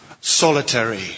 solitary